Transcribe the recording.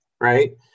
right